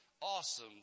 awesome